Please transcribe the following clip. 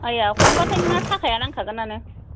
आया हमबाथाय नोंहा थाखाया नांखागोनानो